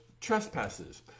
trespasses